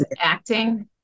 acting